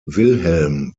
wilhelm